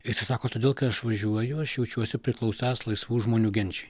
ir jisai sako todėl kai aš važiuoju aš jaučiuosi priklausąs laisvų žmonių genčiai